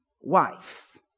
wife